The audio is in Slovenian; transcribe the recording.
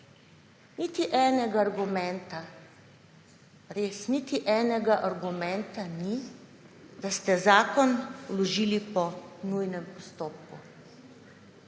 res, niti enega argumenta ni, da ste zakon vložili po nujnem postopku.